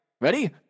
ready